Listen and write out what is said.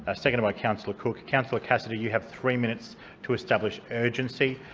ah seconded by councillor cook. councillor cassidy, you have three minutes to establish urgency.